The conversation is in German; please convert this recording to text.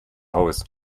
haus